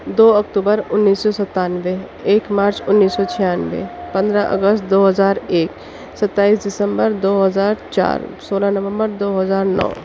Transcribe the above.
دو اکتوبر انیس سو ستانوے ایک مارچ انیس سو چھیانوے پندرہ اگست دو ہزار ایک ستائیس دسمبر دو ہزار چار سولہ نومبر دو ہزار نو